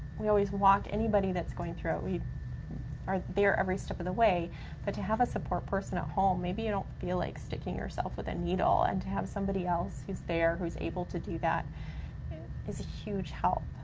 we always walk anybody that's going through it. we are there every step of the way. but to have a support person at home, maybe you don't feel like sticking yourself with a needle, and to have somebody else who's there, who's able to do that and is a huge help.